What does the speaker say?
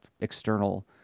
external